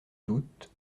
doute